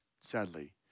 sadly